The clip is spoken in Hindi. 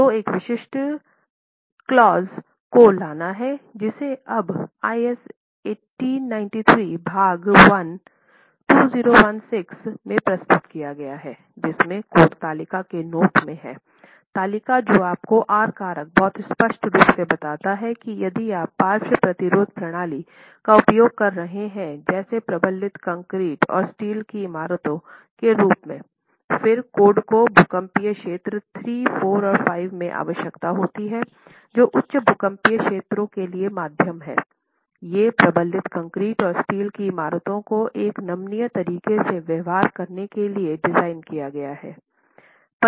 तो एक विशिष्ट क्लॉज को लाना है जिसे अब IS 1893 भाग 1 2016 में प्रस्तुत किया गया है जिसमें कोड तालिका के नोट में हैं तालिका जो आपको आर कारक बहुत स्पष्ट रूप से बताता है कि यदि आप पार्श्व प्रतिरोध प्रणाली का उपयोग कर रहे हैं जैसे प्रबलित कंक्रीट और स्टील की इमारतों के रूप में फिर कोड को भूकंपी क्षेत्र III IV और V में आवश्यकता होती है जो उच्च भूकंपीय क्षेत्रों के लिए मध्यम हैं ये प्रबलित कंक्रीट और स्टील की इमारतों को एक नमनीय तरीके से व्यवहार करने के लिए डिज़ाइन किया गया है